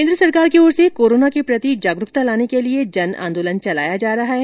केन्द्र सरकार की ओर से कोरोना के प्रति जागरूकता लाने के लिए जन आंदोलन चलाया जा रहा है